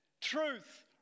truth